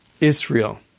Israel